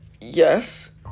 yes